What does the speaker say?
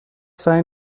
سعی